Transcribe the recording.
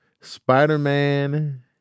Spider-Man